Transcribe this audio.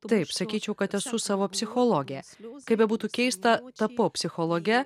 taip sakyčiau kad esu savo psichologė kaip bebūtų keista tapau psichologe